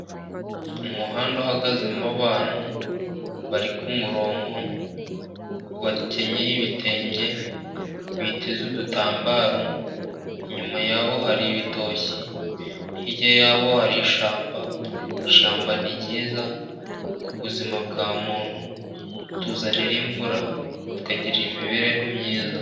Umuhanda uhagazemo abantu ,bari ku murongo nko bakenyeye ibitenge, biteze udutambaro . Inyuma yabo hari ibitoki . Hirya yabo hari ishyamba. Ishyamba ni ryiza ku buzima bwa muntu, rituzanira imvura tukagira imibereho myiza.